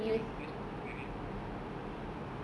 tak kan nak pakai sepuluh beg kan